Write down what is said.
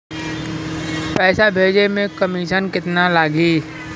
पैसा भेजे में कमिशन केतना लागि?